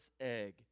egg